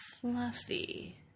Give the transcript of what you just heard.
fluffy